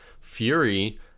Fury